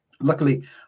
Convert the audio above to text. Luckily